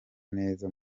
neza